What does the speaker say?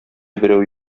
берәү